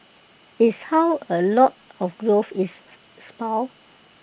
is how A lot of growth is spurred